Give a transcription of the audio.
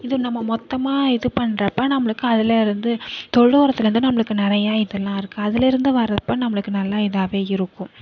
இதுவும் நம்ம மொத்தமாக இது பண்ணுற அப்போ நம்மளுக்கு அதில் இருந்து தொழுவத்தில் இருந்து நம்மளுக்கு நிறையா இதெல்லாம் இருக்குது அதில் இருந்து வர்ற அப்ப நம்மளுக்கு நல்லா இதாகவே இருக்கும்